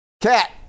Cat